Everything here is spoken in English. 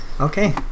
okay